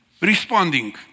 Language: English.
responding